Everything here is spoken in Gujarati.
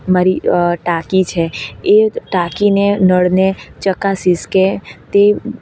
મારી ટાંકી છે એ ટાંકીને નળને ચકાસીસ કે તે